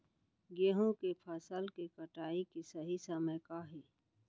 गेहूँ के फसल के कटाई के सही समय का हे?